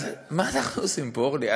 אז מה אנחנו עושים פה, אורלי?